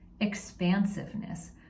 expansiveness